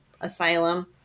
asylum